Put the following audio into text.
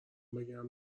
بگم